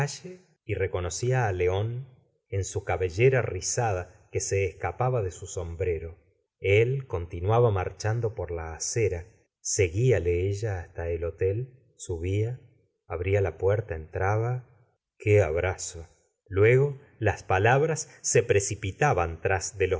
en su cabellera rizada que se escapaba de su sombrero el continua ba marchando por la acera seguiale ella hasta el hotel subía abría la puerta entraba qué abrazo luego las palabras se precipitaban tras de